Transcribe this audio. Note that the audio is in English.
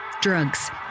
Drugs